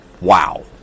wow